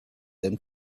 them